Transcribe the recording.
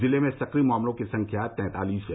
जिले में सक्रिय मामलों की संख्या तैंतालीस है